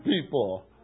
people